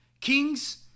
Kings